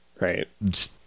Right